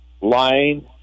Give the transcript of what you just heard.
lying